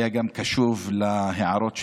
היה באמת קשוב להערות שלנו,